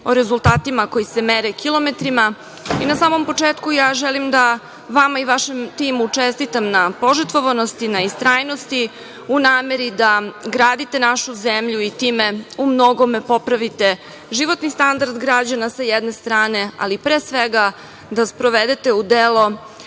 o rezultatima koji se mere kilometrima. Na samom početku želim da vama i vašem timu čestitam na požrtvovanosti, na istrajnosti u nameri da gradite našu zemlju i time u mnogome popravite životni standard građana sa jedne strane, ali pre svega da sprovedete u delo